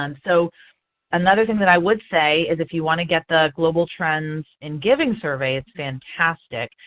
um so another thing that i would say is if you want to get the global trends in giving survey it's fantastic.